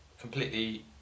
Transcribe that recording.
completely